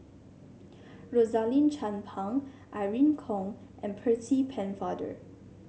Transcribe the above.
Rosaline Chan Pang Irene Khong and Percy Pennefather